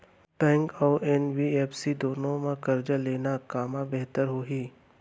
Bank अऊ NBFC दूनो मा करजा लेना कामा बेहतर होही?